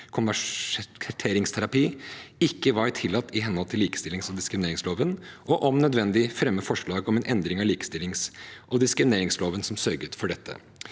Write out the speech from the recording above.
konverteringsterapi ikke var tillatt i henhold til likestillings- og diskrimineringsloven, og om nødvendig fremme forslag om en endring av likestillings- og diskrimineringsloven, som sørget for dette.